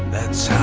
that's